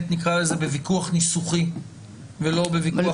נקרא לזה בוויכוח ניסוחי ולא בוויכוח פרטי.